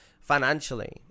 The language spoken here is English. financially